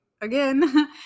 again